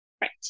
right